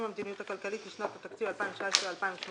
המדיניות הכלכלית לשנות התקציב 2017 ו-2018)